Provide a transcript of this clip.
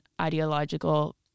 ideological